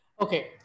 Okay